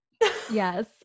yes